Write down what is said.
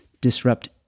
disrupt